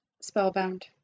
Spellbound